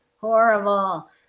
Horrible